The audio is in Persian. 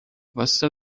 واستا